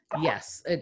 Yes